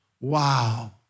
wow